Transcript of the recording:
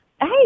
hey